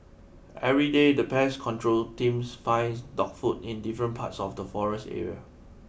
everyday the pest control teams finds dog food in different parts of the forest area